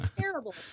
terrible